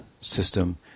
system